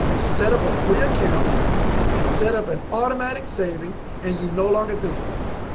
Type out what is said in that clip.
set up a free account set up an automatic savings and you no longer think about it.